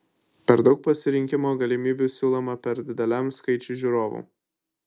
per daug pasirinkimo galimybių siūloma per dideliam skaičiui žiūrovų